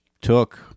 took